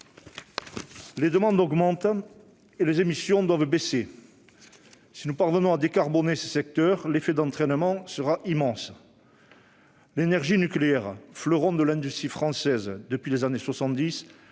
Les demandes augmentent et les émissions doivent baisser. Si nous parvenons à décarboner ces secteurs, l'effet d'entraînement sera immense. L'énergie nucléaire, fleuron de l'industrie française depuis les années